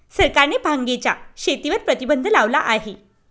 सरकारने भांगेच्या शेतीवर प्रतिबंध लावला आहे